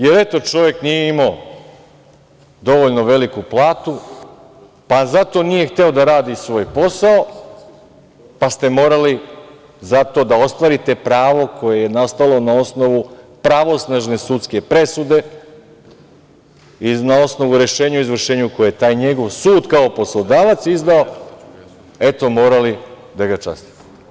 Jer, eto, čovek nije imao dovoljno veliku platu, pa zato nije hteo da radi svoj posao, pa ste morali zato da ostvarite pravo koje je nastalo na osnovu pravosnažne sudske presude, na osnovu rešenja o izvršenju koje je taj njegov sud kao poslodavac izdao, eto, morali da ga častite.